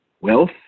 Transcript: Wealth